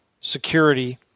security